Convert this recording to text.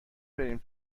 بریم